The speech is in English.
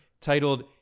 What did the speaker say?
titled